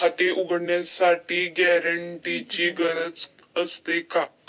खाते उघडण्यासाठी गॅरेंटरची गरज असते का?